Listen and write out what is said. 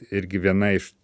irgi viena iš